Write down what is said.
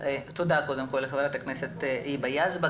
תודה ח"כ היבה יזבק.